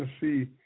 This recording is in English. see